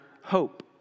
hope